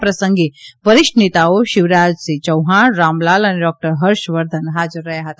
આ પ્રસંગે વરિષ્ઠ નેતાઓ શિવરાજસિંહ યૌફાણ રામલાલ અને ડોક્ટર હર્ષવર્ધન હાજર રહ્યા હતા